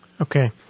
Okay